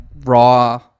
raw